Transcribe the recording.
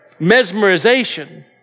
mesmerization